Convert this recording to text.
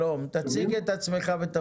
אנחנו בחברת החשמל משקיעים רבות ועושים כל